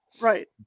right